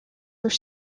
are